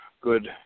good